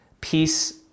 peace